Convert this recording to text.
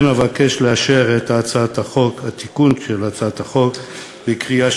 כן אבקש לאשר את התיקון של הצעת החוק בקריאה